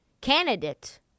candidate